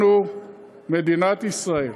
אנחנו, מדינת ישראל,